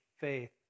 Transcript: Faith